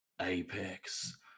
Apex